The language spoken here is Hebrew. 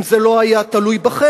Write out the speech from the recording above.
אם זה לא היה תלוי בכם,